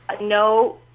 no